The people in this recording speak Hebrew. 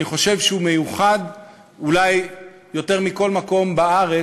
אני חושב שהוא מיוחד אולי יותר מבכל מקום בארץ,